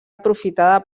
aprofitada